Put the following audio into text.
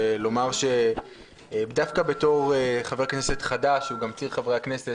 ולומר שדווקא בתור חבר כנסת חדש שהוא גם צעיר חברי הכנסת,